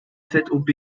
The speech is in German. zob